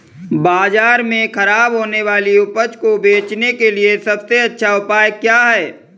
बाजार में खराब होने वाली उपज को बेचने के लिए सबसे अच्छा उपाय क्या है?